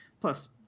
Plus